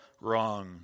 wrong